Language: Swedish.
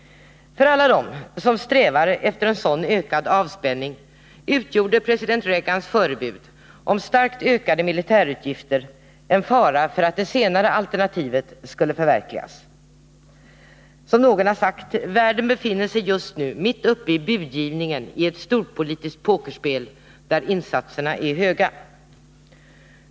För alla dem som strävar efter en sådan ökad avspänning utgjorde president Reagans förebud om starkt ökade militärutgifter en fara för att det senare alternativet skulle förverkligas. Någon har sagt att världen just nu befinner sig mitt uppe i budgivningen i ett storpolitiskt pokerspel, där insatserna är höga.